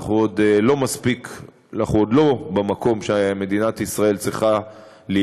אנחנו עוד לא במקום שמדינת ישראל צריכה להיות